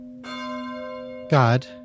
god